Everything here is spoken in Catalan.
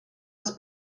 els